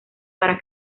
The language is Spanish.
para